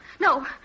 No